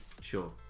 Sure